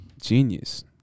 genius